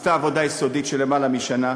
עשתה עבודה יסודית של יותר משנה.